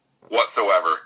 whatsoever